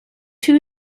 two